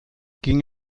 ging